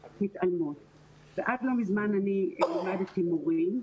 עד לא מזמן לימדתי מורים,